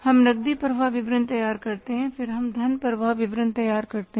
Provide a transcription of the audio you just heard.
हम नकदी प्रवाह विवरण तैयार करते हैं और फिर हम धन प्रवाह विवरण तैयार करते हैं